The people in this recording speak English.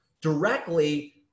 directly